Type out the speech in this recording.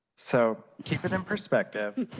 so keep it in perspective.